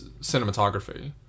cinematography